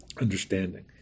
understanding